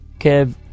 Kev